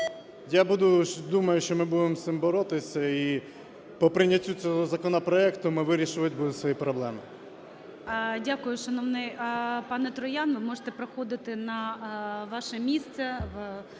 думаю, що ми будемо з цим боротися. І по прийняттю цього законопроекту ми вирішувати будемо свої проблеми. ГОЛОВУЮЧИЙ. Дякую, шановний пане Троян. Ви можете проходити на ваше місце, на трибуну